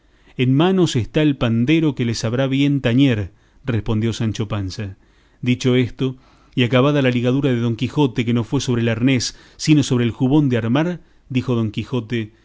en manos está el pandero que le sabrá bien tañer respondió sancho panza dicho esto y acabada la ligadura de don quijote que no fue sobre el arnés sino sobre el jubón de armar dijo don quijote